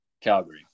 Calgary